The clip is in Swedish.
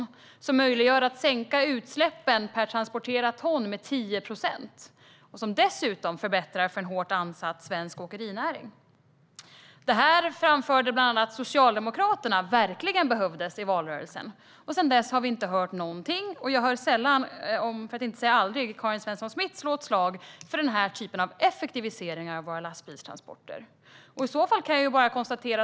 Dessa gör det möjligt att sänka utsläppen per transporterat ton med 10 procent och förbättrar dessutom möjligheterna för en hårt ansatt svensk åkerinäring. Bland andra Socialdemokraterna framförde i valrörelsen att detta var något som verkligen behövdes, men sedan dess har vi inte hört någonting. Jag hör sällan - för att inte säga aldrig - Karin Svensson Smith slå ett slag för den här typen av effektiviseringar av lastbilstransporterna.